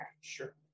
Sure